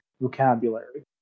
vocabulary